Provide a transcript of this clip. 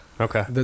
Okay